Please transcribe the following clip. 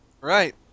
Right